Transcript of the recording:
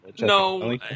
No